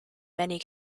many